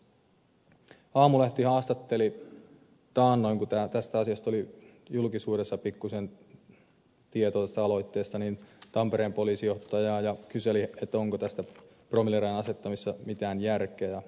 aamulehti haastatteli taannoin kun oli julkisuudessa pikkuisen tietoa tästä aloitteesta tampereen poliisijohtajaa ja kyseli onko tässä promillerajan asettamisessa mitään järkeä